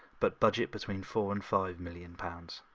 but budget between four and five million pounds.